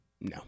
No